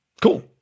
Cool